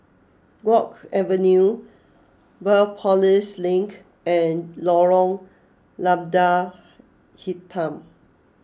Guok Avenue Biopolis Link and Lorong Lada Hitam